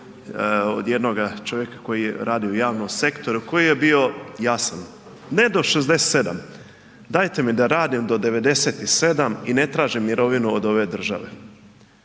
od jednog čovjeka koji radi u javnom sektoru koji je bio jasan, ne do 67, dajte mi da radim do 97 i ne tražim mirovinu od ove države.